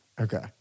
okay